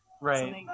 Right